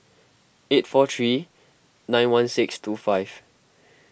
eight four three nine one six two five